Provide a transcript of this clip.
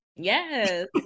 Yes